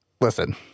listen